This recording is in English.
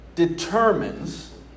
Determines